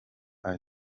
ari